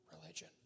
religion